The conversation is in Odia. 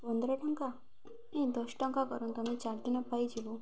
ପନ୍ଦର ଟଙ୍କା ନାହିଁ ଦଶ ଟଙ୍କା କରନ୍ତୁ ତମେ ଚାରିଦିନ ପାଇଁ ଯିବୁ